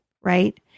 Right